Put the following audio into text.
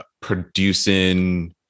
producing